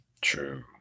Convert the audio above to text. True